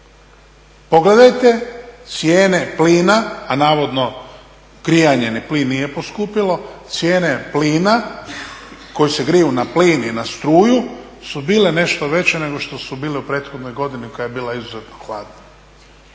pogledajte cijene plina, a navodno plin nije poskupio, koji se griju na plin i na struju su bile nešto veće nego što su bile u prethodnoj godini koja je bila izuzetno hladna.